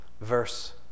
verse